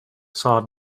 saw